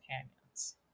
companions